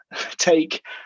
take